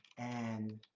and.